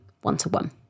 one-to-one